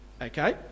Okay